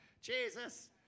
Jesus